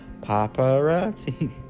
Paparazzi